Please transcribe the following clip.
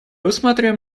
усматриваем